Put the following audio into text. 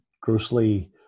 grossly